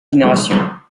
génération